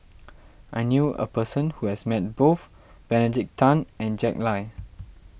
I knew a person who has Met both Benedict Tan and Jack Lai